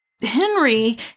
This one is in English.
Henry